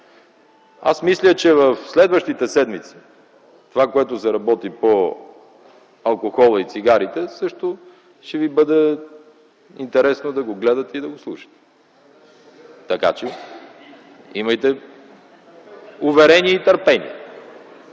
Аз мисля, че в следващите седмици това, което се работи по алкохола и цигарите, също ще Ви бъде интересно да го гледате и да го слушате. Така че – имайте уверение и търпение.